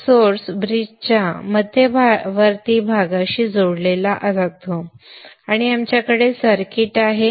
मग सोर्स ब्रिजच्या मध्यवर्ती भागाशी जोडला जातो आणि आमच्याकडे सर्किट आहे